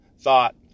thought